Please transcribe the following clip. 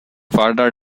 further